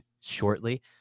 shortly